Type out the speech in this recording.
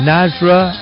Nazra